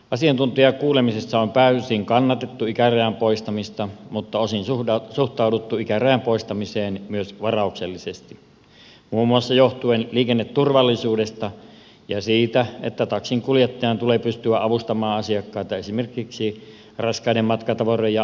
asiantuntijakuulemisessa on pääosin kannatettu ikärajan poistamista mutta osin suhtauduttu ikärajan poistamiseen myös varauksellisesti joh tuen muun muassa liikenneturvallisuudesta ja siitä että taksinkuljettajan tulee pystyä avustamaan asiakkaita esimerkiksi raskaiden matkatavaroiden ja apuvälineiden kanssa